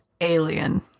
Alien